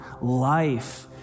life